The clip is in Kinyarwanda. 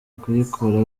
kuyikora